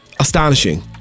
astonishing